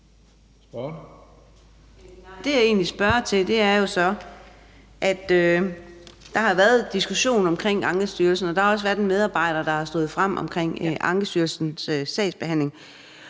Spørgeren. Kl. 21:09 Karina Adsbøl (DD): Der har jo været diskussion omkring Ankestyrelsen, og der har også været en medarbejder, der har stået frem omkring Ankestyrelsens sagsbehandling,